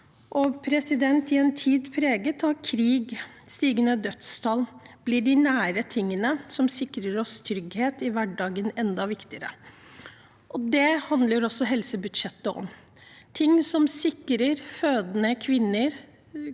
folk. I en tid preget av krig og stigende dødstall blir de nære tingene som sikrer oss trygghet i hverdagen, enda viktigere. Det handler også helsebudsjettet om – ting som sikrer fødende kvinner,